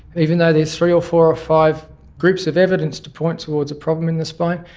even though there's three or four or five groups of evidence to point towards a problem in the spine,